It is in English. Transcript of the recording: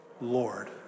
Lord